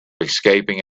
escaping